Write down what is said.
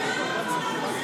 למה?